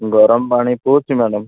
ଗରମ ପାଣି ପିଉଛି ମ୍ୟାଡ଼ାମ୍